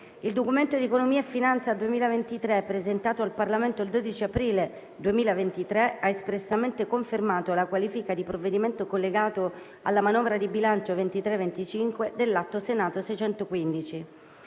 Il Documento di economia e finanza 2023 , presentato al Parlamento il 12 aprile 2023, ha espressamente confermato la qualifica di provvedimento collegato alla manovra di bilancio 2023-2025 dell'Atto Senato 615.